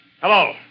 Hello